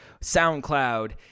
SoundCloud